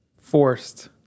forced